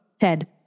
Ted